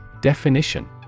Definition